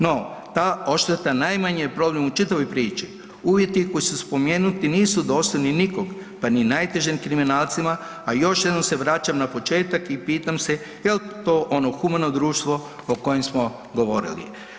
No, ta odšteta je najmanji problem u čitavoj priči, uvjeti koji su spomenuti nisu dosljedni nikoga pa ni najtežim kriminalcima, a još jednom se vraćam na početak i pitam se jel to ono humano društvo o kojem smo govorili.